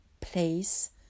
place